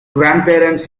grandparents